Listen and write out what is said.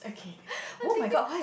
I think you